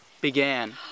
began